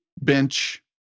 bench